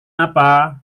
apa